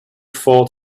fought